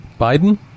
Biden